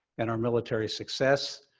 and our military success.